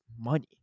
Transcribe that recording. money